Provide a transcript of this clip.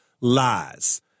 lies